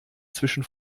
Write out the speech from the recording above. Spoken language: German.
zwischen